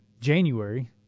January